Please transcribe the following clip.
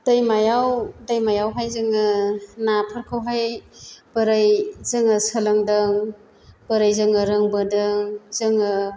दैमायाव दैमायावहाय जोङो नाफोरखौहाय बोरै जोङो सोलोंदों बोरै जोङो रोंबोदों जोङो